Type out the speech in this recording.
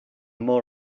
more